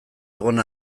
egon